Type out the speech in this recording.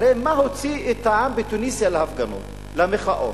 הרי מה הוציא את העם בתוניסיה להפגנות, למחאות?